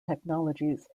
technologies